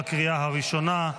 לקריאה הראשונה.